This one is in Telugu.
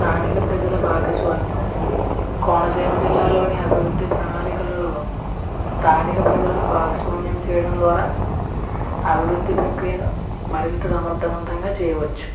స్థానిక ప్రజల భాగస్వామ్యం కోనసీమ జిల్లాలోని అభివృద్ధి ప్రణాళికలలో స్థానిక ప్రజలను భాగస్వామ్యం చేయడం ద్వారా అభివృద్ధి ప్రక్రియను మరింత సమర్ధవంతంగా చేయవచ్చు